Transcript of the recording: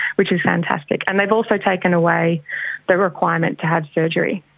which is fantastic, and they've also taken away the requirement to have surgery.